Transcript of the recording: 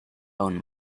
own